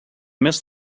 miss